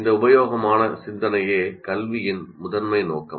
இந்த உற்பத்தி சிந்தனையே கல்வியின் முதன்மை நோக்கம்